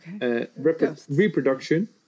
reproduction